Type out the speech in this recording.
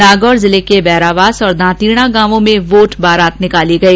नागौर जिले के बैरावास और दांतीणा गांवों में वोट बारात निकाली गई